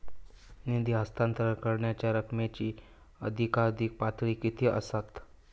निधी हस्तांतरण करण्यांच्या रकमेची अधिकाधिक पातळी किती असात?